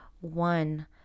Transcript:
one